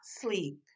sleep